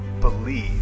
believe